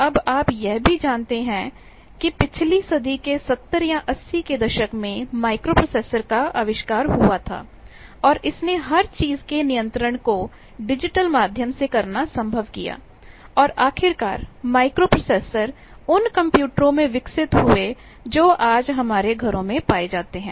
अब आप यह भी जानते हैं कि पिछली सदी के सत्तर या अस्सी के दशक में माइक्रोप्रोसेसर का आविष्कार हुआ था और इसने हर चीज के नियंत्रण को डिजिटल माध्यम से करना संभव किया और आखिरकार माइक्रोप्रोसेसर उन कंप्यूटरों में विकसित हुए जो आज हमारे घरों में पाए जाते हैं